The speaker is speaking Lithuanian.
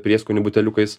prieskonių buteliukais